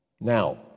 Now